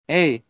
Hey